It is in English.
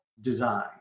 design